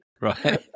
Right